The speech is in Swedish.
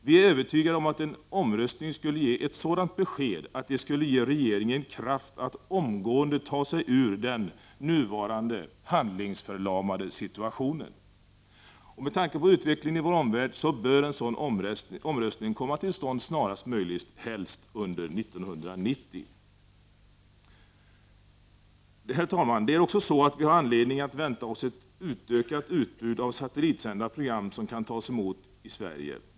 Vi är övertygade om att det besked som en omröstning skulle innebära skulle ge regeringen kraft att omgående ta sig ur nuvarande situation som präglas av handlingsförlamning. Med tanke på utvecklingen i vår omvärld bör en sådan omröstning komma till stånd snarast möjligt — helst under 1990. Herr talman! Vi har också anledning att vänta oss ett utökat utbud av satellitsända program som kan tas emot i Sverige.